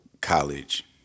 college